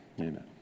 Amen